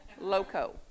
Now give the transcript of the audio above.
Loco